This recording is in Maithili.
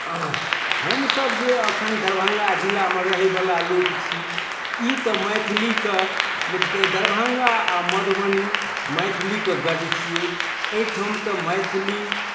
हमसभ जे एखन दरभंगा जिलामे रहयवला लोक छी ई तऽ मैथिलीके मि द् दरभंगा आ मधुबनी मैथिलीके गढ़ छियै एहिठाम तऽ मैथिली